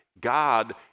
God